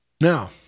Now